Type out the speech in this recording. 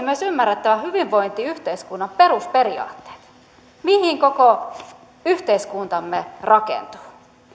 myös ymmärrettävä hyvinvointiyhteiskunnan perusperiaatteet mihin koko yhteiskuntamme rakentuu